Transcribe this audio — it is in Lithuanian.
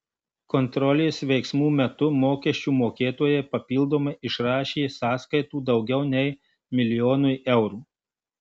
kontrolės veiksmų metu mokesčių mokėtojai papildomai išrašė sąskaitų daugiau nei milijonui eurų